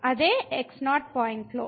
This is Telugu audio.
అదే x0 పాయింట్లో